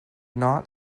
not